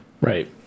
Right